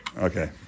Okay